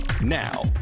Now